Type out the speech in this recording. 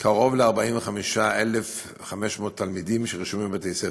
קרוב ל-45,500 תלמידים שרשומים בבתי-ספר,